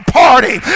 party